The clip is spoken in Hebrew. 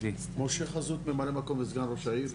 משה חזות, ממלא מקום וסגן ראש העיר יבנה.